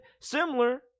similar